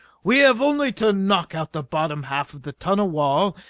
we have only to knock out the bottom half of the tunnel wall,